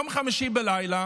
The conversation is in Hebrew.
ביום חמישי בלילה